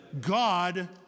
God